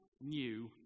new